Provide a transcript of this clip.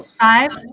Five